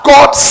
God